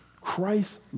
Christ